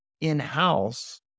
in-house